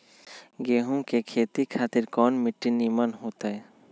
गेंहू की खेती खातिर कौन मिट्टी निमन हो ताई?